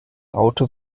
auto